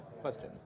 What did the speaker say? questions